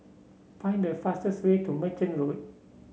find the fastest way to Merchant Road